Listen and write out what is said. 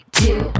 two